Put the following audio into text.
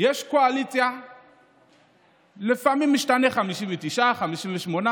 ויש חוסר ואין פעולה ממשית ואמיתית שנעשית.